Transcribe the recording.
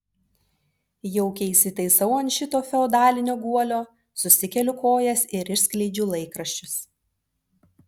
jaukiai įsitaisau ant šito feodalinio guolio susikeliu kojas ir išskleidžiu laikraščius